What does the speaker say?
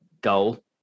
goal